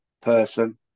person